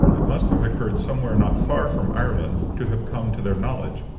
it must have occurred somewhere not far from ireland to have come to their knowledge.